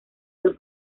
del